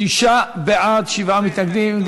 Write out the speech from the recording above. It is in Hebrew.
שישה בעד, שבעה מתנגדים.